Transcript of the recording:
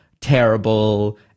terrible